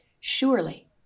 Surely